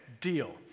deal